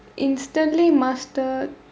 instantly master